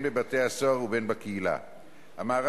ולאחר